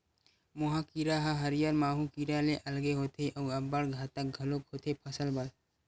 मोहा कीरा ह हरियर माहो कीरा ले अलगे होथे अउ अब्बड़ घातक घलोक होथे फसल बर